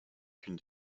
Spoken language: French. qu’une